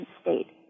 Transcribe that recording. state